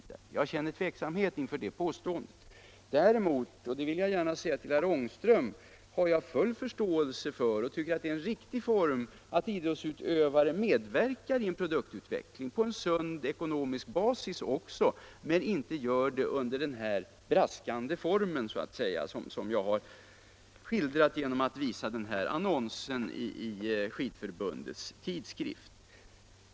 Däremot — det vill jag gärna säga till herr Ångström — har jag full förståelse för att idrottsutövare medverkar i produktutvecklingen på sund ekonomisk basis men inte under så braskande former som jag skildrat genom att visa annonsen i Svenska Skidförbundets tidskrift.